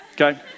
Okay